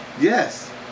Yes